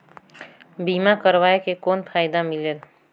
बीमा करवाय के कौन फाइदा मिलेल?